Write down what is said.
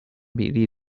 比例